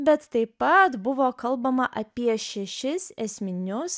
bet taip pat buvo kalbama apie šešis esminius